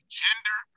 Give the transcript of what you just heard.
gender